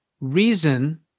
reason